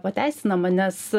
pateisinama nes